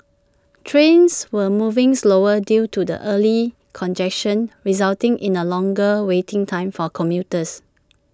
trains were moving slower due to the early congestion resulting in A longer waiting time for commuters